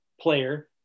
player